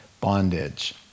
bondage